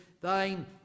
Thine